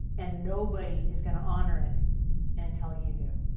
and nobody is going to honor it until you do.